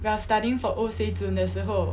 while studying for O 水准的时候